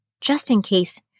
just-in-case